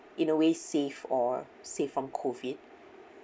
in a way safe or safe from COVID